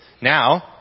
Now